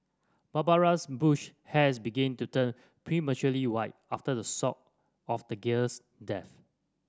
Barbara's Bush hairs begin to turn prematurely white after the sock of the girl's death